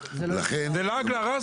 זה לא רק הערה,